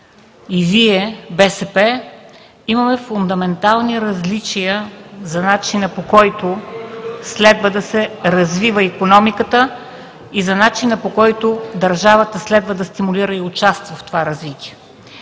и Вие – БСП, имаме фундаментални различия за начина, по който следва да се развива икономиката, и за начина, по който държавата следва да стимулира и участва в това развитие.